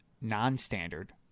non-standard